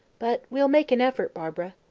but we'll make an effort, barbara.